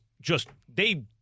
just—they